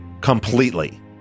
completely